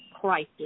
crisis